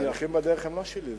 התהליכים בדרך הם לא שלי,